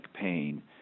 pain